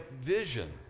vision